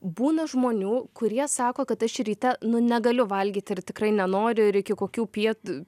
būna žmonių kurie sako kad aš ryte nu negaliu valgyti ir tikrai nenoriu ir iki kokių piet